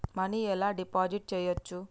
Money ఎలా deposit చేయచ్చు?